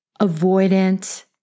Avoidant